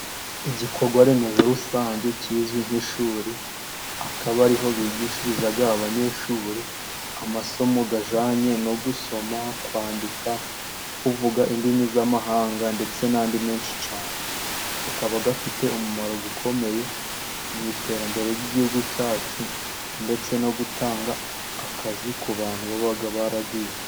Igikorwa remezo rusange kizwi nk'ishuri akaba ariho bigishiriza abanyeshuri amasomo ajyanye no gusoma, kwandika, kuvuga indimi z'amahanga ndetse n'andi menshi cyane. Akaba afite umumaro ukomeye mu iterambere ry'Igihugu cyacu ndetse no gutanga akazi ku bantu baba barayize.